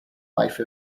life